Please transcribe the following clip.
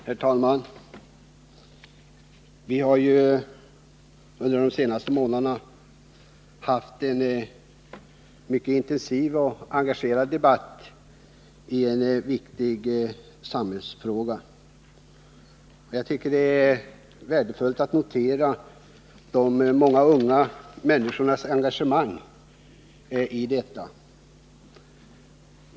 Herr talman! Vi har under de senaste månaderna haft en mycket intensiv och engagerad debatt i en viktig samhällsfråga. Jag tycker att det är värdefullt att notera de många unga människornas engagemang i detta arbete.